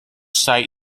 sight